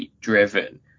driven